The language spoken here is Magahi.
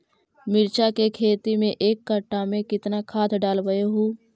मिरचा के खेती मे एक कटा मे कितना खाद ढालबय हू?